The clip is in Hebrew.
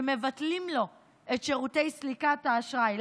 שמבטלים לו את שירותי סליקת האשראי.